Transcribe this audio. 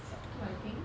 sec two I think